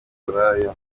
uburaya